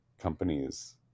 companies